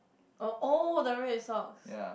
of all the red socks